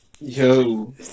Yo